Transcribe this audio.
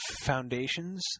foundations